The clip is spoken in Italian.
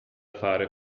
fare